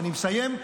ואני מסיים,